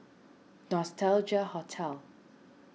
Nostalgia Hotel